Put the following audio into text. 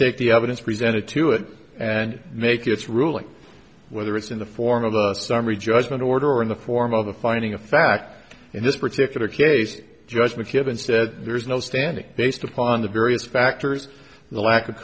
take the evidence presented to it and make its ruling whether it's in the form of a summary judgment order or in the form of a finding of fact in this particular case judgment given said there is no standing based upon the various factors the lack of